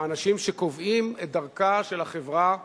האנשים שקובעים את דרכה של חברה שכולנו,